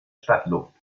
stadtluft